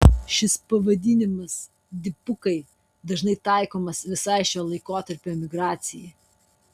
šis pavadinimas dipukai dažnai taikomas visai šio laikotarpio emigracijai